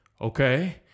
okay